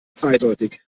zweideutig